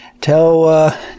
Tell